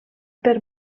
per